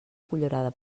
cullerada